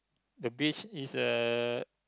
the beach is a